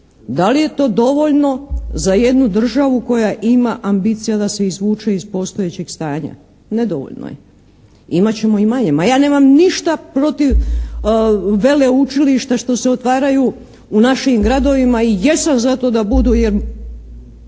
Da li je to dovoljno za jednu državu koja ima ambicija da se izvuče iz postojećeg stanja. Nedovoljno je. Imat ćemo i manje. Ma ja nemam ništa protiv veleučilišta što se otvaraju u našim gradovima i jesam za to da budu jer